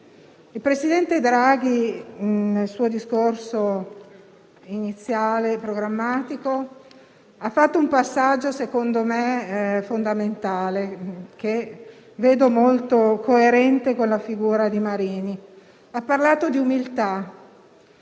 Il presidente Draghi, nel suo discorso programmatico iniziale, ha fatto un passaggio secondo me fondamentale, che vedo molto coerente con la figura di Marini. Ha parlato di umiltà,